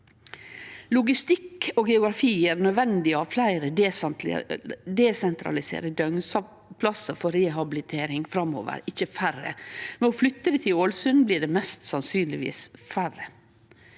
Logistikk og geografi gjer det nødvendig å ha fleire desentraliserte døgnplassar for rehabilitering framover, ikkje færre. Ved å flytte det til Ålesund, blir det mest sannsynleg færre.